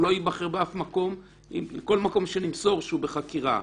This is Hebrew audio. הוא לא ייבחר באף מקום שנמסור שהוא בחקירה.